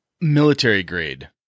military-grade